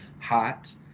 hot